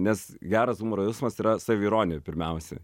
nes geras humoro jausmas yra saviironija pirmiausiai